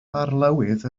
arlywydd